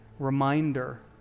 Reminder